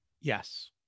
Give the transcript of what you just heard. Yes